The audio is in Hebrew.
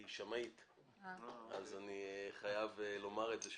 היא שמאית ואני חייב לומר את זה.